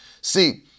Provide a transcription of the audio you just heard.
See